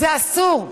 זה אסור.